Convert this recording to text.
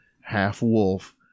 half-wolf